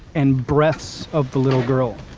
and breaths of the little girl.